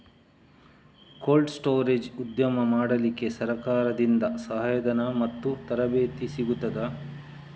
Cold storage ಉದ್ಯಮ ಮಾಡಲಿಕ್ಕೆ ಸರಕಾರದಿಂದ ಸಹಾಯ ಧನ ಮತ್ತು ತರಬೇತಿ ಸಿಗುತ್ತದಾ?